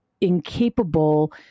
incapable